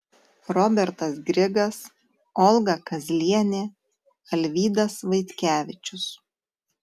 robertas grigas olga kazlienė alvydas vaitkevičius